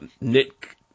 Nick